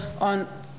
on